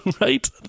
Right